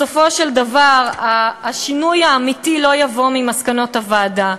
בסופו של דבר השינוי האמיתי לא יבוא ממסקנות הוועדה,